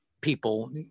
people